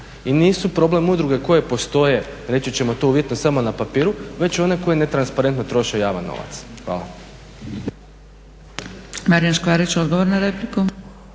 I nisu problem udruge koje postoje reći ćemo to uvjetno samo na papiru već one koje netransparentno troše javan novac. Hvala.